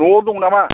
न'आव दं नामा